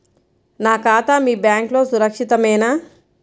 నా ఖాతా మీ బ్యాంక్లో సురక్షితమేనా?